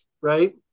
right